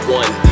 one